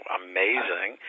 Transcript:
amazing